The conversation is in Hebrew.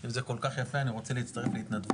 אם זה כל כך יפה אני רוצה להצטרף להתנדבות.